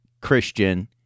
Christian